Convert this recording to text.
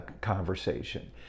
conversation